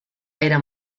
era